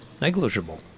negligible